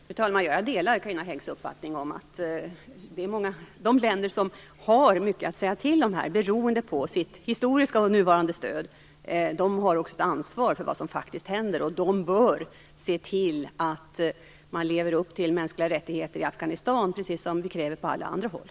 Fru talman! Jag delar Carina Häggs uppfattning om att de länder som har mycket att säga till om här beroende på sitt historiska och nuvarande stöd också har ett ansvar för vad som faktiskt händer, och de bör se till att man lever upp till deklarationer om mänskliga rättigheter i Afghanistan, precis som vi kräver på alla andra håll.